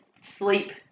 sleep